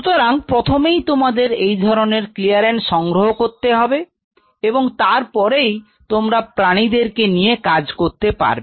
সুতরাং প্রথমেই তোমাদের এই ধরনের ক্লিয়ারেন্স সংগ্রহ করতে হবে এবং তারপরেই তোমরা প্রাণীদের নিয়ে কাজ করতে পারবে